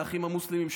האחים המוסלמים,